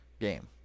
game